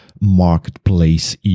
marketplace